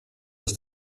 ist